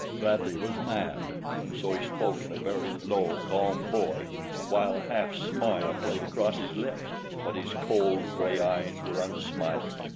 bradley was mad, and so he spoke in a very low, calm voice while a half-smile played across his lips but his cold, gray eyes were unsmiling.